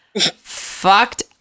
Fucked